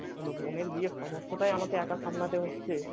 বোনের বিয়ের সমস্তটাই আমাকে একা সামলাতে হচ্ছে